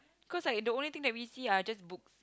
cause like the only thing that we see are just books